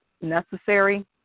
necessary